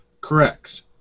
Correct